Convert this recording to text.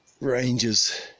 ranges